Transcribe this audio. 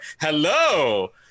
Hello